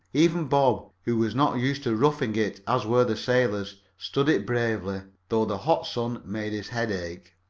even bob, who was not used to roughing it as were the sailors, stood it bravely, though the hot sun made his head ache.